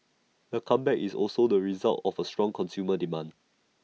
the comeback is also the result of strong consumer demand